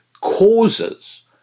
causes